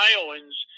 Iowans